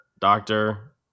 doctor